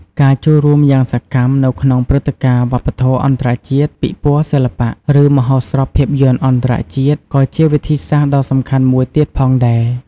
ការចូលរួមយ៉ាងសកម្មនៅក្នុងព្រឹត្តិការណ៍វប្បធម៌អន្តរជាតិ ពិព័រណ៍សិល្បៈ ឬមហោស្រពភាពយន្តអន្តរជាតិក៏ជាវិធីសាស្ត្រដ៏សំខាន់មួយទៀតផងដែរ។